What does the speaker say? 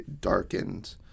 darkened